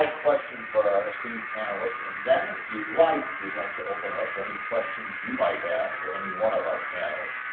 question for our esteemed panelists, and then, if you'd like, we'd like to open it up to any questions you might have for any one of our panelists.